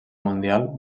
mundial